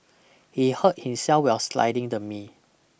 he hurt himself while sliding the me